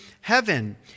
heaven